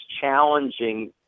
challenging